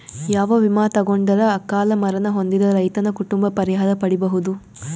ಯಾವ ವಿಮಾ ತೊಗೊಂಡರ ಅಕಾಲ ಮರಣ ಹೊಂದಿದ ರೈತನ ಕುಟುಂಬ ಪರಿಹಾರ ಪಡಿಬಹುದು?